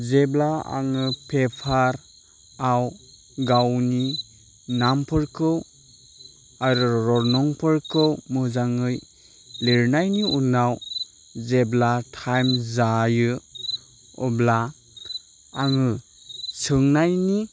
जेब्ला आङो पेपारआव गावनि नामफोरखौ आरो रल नंफोरखौ मोजाङै लिरनायनि उनाव जेब्ला थाइम जायो अब्ला आङो सोंनायनि